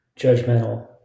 judgmental